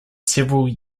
several